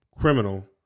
criminal